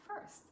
first